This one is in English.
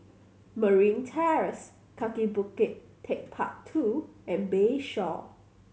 Marine Terrace Kaki Bukit Techpark Two and Bayshore